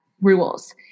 rules